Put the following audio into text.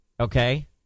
Okay